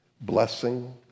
Blessing